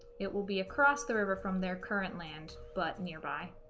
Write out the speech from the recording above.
it will be across the river from their current land but nearby